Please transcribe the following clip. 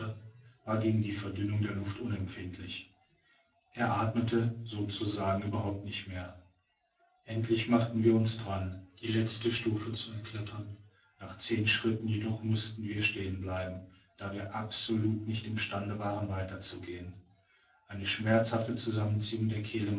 war gegen die verdünnung der luft unempfindlich er athmete so zu sagen überhaupt nicht mehr endlich machten wir uns daran die letzte stufe zu erklettern nach zehn schritten jedoch mußten wir stehen bleiben da wir absolut nicht im stande waren weiter zu gehen eine schmerzhafte zusammenziehung der kehle